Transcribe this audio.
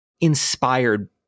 inspired